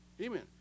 Amen